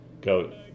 go